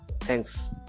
Thanks